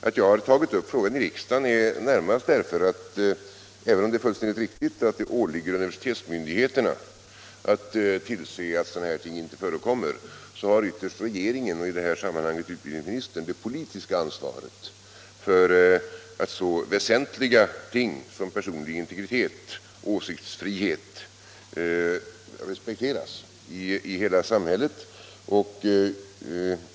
Att jag har tagit upp frågan i riksdagen är närmast föranlett av att - även om det är fullständigt riktigt att det åligger universitetsmyndigheterna att tillse att sådana saker inte förekommer — det ytterst är regeringen, och i det här sammanhanget utbildningsministern, som har det politiska ansvaret för att så väsentliga ting som personlig integritet och åsiktsfrihet respekteras i hela samhället.